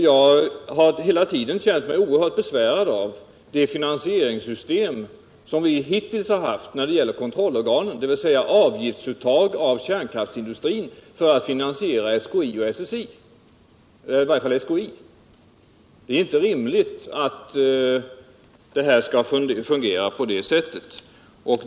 Jag har hela tiden känt mig oerhört besvärad av det finansieringssystem som vi hittills har haft när det gäller kontrollorganen, dvs. avgiftsuttag av kärnkraftsindustrin för att finansiera SKI och SSI. i varje fall SKI. Det är inte rimligt att det skall fungera på det sättet.